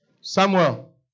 Samuel